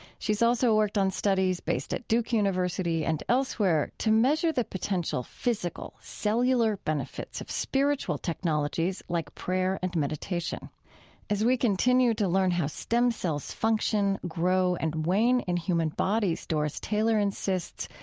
she's also worked on studies based at duke university and elsewhere to measure the potential physical cellular benefits of spiritual technologies like prayer and meditation as we continue to learn how stem cells function, grow, and wane in human bodies, doris taylor insists,